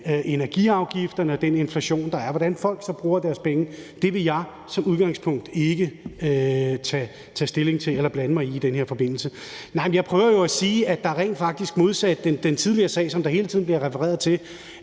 energiafgifterne og den inflation, der er. Hvordan folk så bruger deres penge, vil jeg som udgangspunkt ikke tage stilling til eller blande mig i i den her forbindelse. Jeg prøver jo at sige, at der rent faktisk her – modsat den tidligere sag, som der hele tiden bliver refereret til